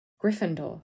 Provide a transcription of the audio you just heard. Gryffindor